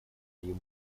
ему